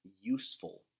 useful